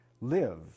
Live